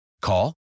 Call